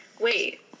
Wait